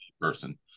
person